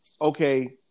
okay